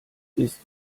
ist